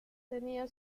tenía